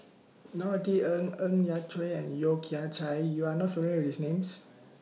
Norothy Ng Ng Yat Chuan and Yeo Kian Chai YOU Are not familiar with These Names